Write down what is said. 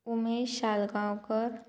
Umesh Shalgaonkar